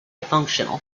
functional